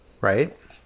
right